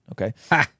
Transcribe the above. Okay